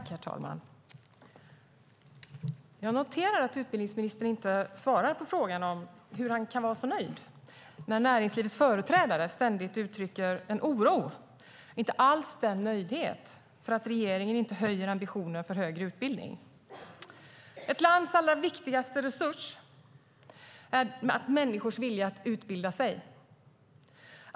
Herr talman! Jag noterar att utbildningsministern inte svarar på frågan om hur han kan vara så nöjd när näringslivets företrädare ständigt uttrycker en oro. De uttrycker inte alls en nöjdhet med att regeringen inte höjer ambitionen för högre utbildning. Ett lands allra viktigaste resurs är människor vilja att utbilda sig.